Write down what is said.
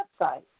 website